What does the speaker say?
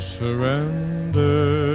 surrender